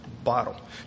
Bottle